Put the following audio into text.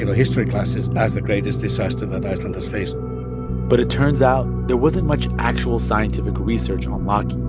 and history classes as the greatest disaster that iceland has faced but it turns out there wasn't much actual scientific research on laki.